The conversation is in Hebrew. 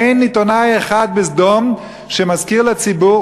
אין עיתונאי אחד בסדום שמזכיר לציבור,